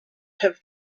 have